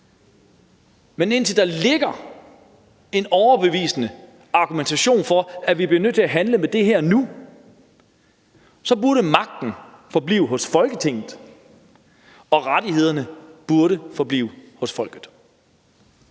Men indtil der ligger en overbevisende argumentation for, at vi bliver nødt til at handle på det her nu, burde magten forblive hos Folketinget, og rettighederne burde forblive hos folket.